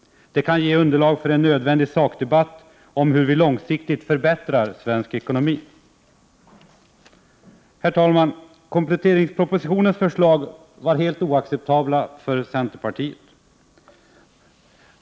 Det kan ge underlag för en nödvändig sakdebatt om hur vi långsiktigt kan förbättra svensk ekonomi. Herr talman! Kompletteringspropositionens förslag var helt oacceptabla för centerpartiet.